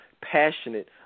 passionate